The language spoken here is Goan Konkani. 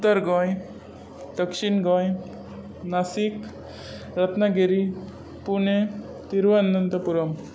उत्तर गोंय दक्षीण गोंय नासीक रत्नागिरी पुणे तिरुअनंतपुरम